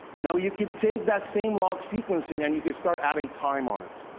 now you can take that same log sequencing and you can start adding time on it.